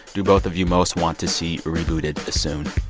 do both of you most want to see rebooted soon?